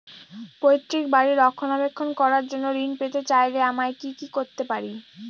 পৈত্রিক বাড়ির রক্ষণাবেক্ষণ করার জন্য ঋণ পেতে চাইলে আমায় কি কী করতে পারি?